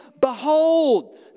Behold